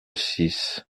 six